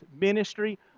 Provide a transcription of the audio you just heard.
ministry